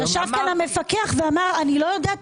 ישב כאן המפקח ואמר: אני לא יודע את